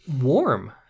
warm